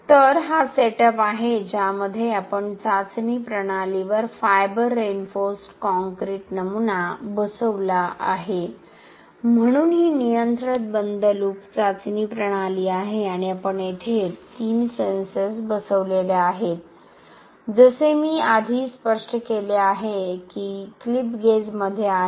तर हा सेटअप आहे ज्यामध्ये आपण चाचणी प्रणालीवर फायबर रेईनफोर्सड काँक्रीट नमुना बसवला आहे म्हणून ही नियंत्रित बंद लूप चाचणी प्रणाली आहे आणि आपण येथे तीन सेन्सेस बसविल्या आहेत जसे मी आधी स्पष्ट केले आहे की क्लिप गेज मध्ये आहे